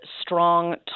strong